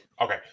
Okay